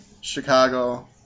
Chicago